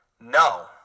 no